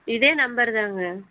இதே நம்பரு தான்ங்க